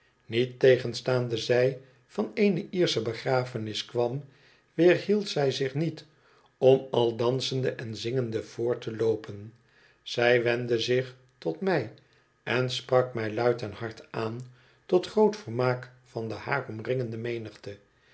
niettegenstaande zij van eene iersche begrafenis kwam weerhield zij zich niet om al dansende en zingende voort te loopen zij wendde zich tot mij en sprak mij luid en hard aan tot groot vermaak van de haar omringende menigte